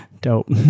Dope